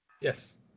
Yes